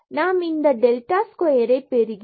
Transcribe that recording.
நாம் இந்த delta square ஐ பெறுகின்றோம்